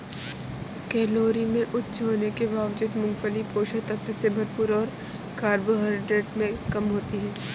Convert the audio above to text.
calorie में उच्च होने के बावजूद, मूंगफली पोषक तत्वों से भरपूर और कार्बोहाइड्रेट में कम होती है